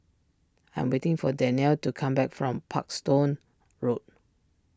I'm waiting for Danniel to come back from Parkstone Road